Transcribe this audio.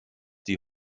die